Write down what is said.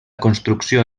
construcció